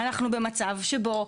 אנחנו במצב שבו,